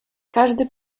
każdy